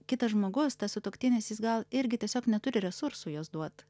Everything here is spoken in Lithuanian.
kitas žmogus tas sutuoktinis jis gal irgi tiesiog neturi resursų juos duot